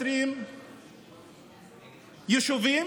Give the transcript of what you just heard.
יישובים